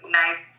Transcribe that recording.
nice